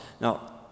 Now